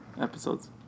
episodes